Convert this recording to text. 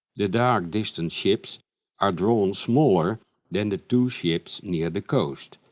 the dark, distant ships are drawn smaller than the two ships near the coast.